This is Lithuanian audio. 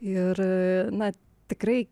ir na tikrai